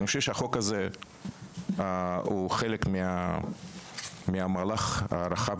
אני חושב שהחוק הזה הוא חלק ממהלך רחב